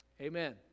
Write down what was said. Amen